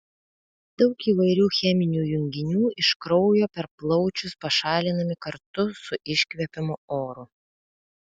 daug įvairių cheminių junginių iš kraujo per plaučius pašalinami kartu su iškvepiamu oru